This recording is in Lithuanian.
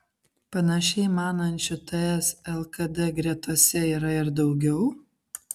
panašiai manančių ts lkd gretose yra ir daugiau